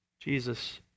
Jesus